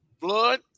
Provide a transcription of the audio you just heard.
blood